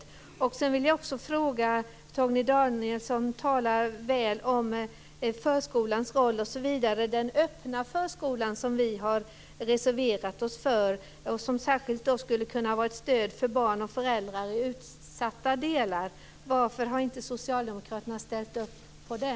Torgny Danielsson talar väl om förskolans roll osv. Vi har reserverat oss till förmån för den öppna förskolan. Den skulle vara ett stöd för barn och föräldrar i utsatta delar. Varför har inte socialdemokraterna ställt upp för den?